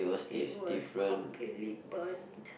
it was completely burnt